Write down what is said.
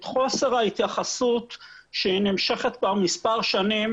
את חוסר ההתייחסות שהיא נמשכת כבר מספר שנים